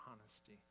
honesty